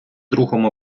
другом